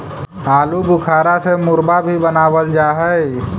आलू बुखारा से मुरब्बा भी बनाबल जा हई